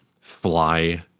fly